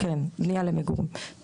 כן, בניה למגורים.